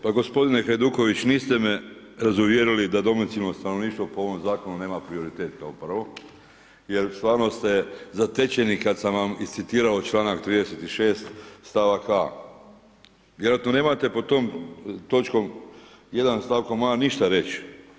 Pa gospodine Hajduković niste me razuvjerili da domicilno stanovništvo po ovom zakonu nema prioritet kao prvo, jer stvarno ste zatečeni kad sam vam iscitirao članak 36. stavak a. Vjerojatno nemate pod tom točkom jedan stavkom a. ništa reći.